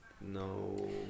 No